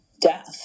death